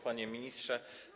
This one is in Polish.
Panie Ministrze!